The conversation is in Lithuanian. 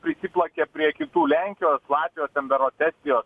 prisiplakė prie kitų lenkijos latvijos ten berods estijos